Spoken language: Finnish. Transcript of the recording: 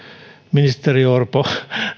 ministeri orpo